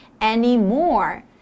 anymore